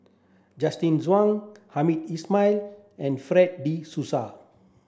Justin Zhuang Hamed Ismail and Fred de Souza